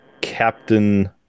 Captain